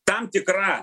tam tikra